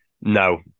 No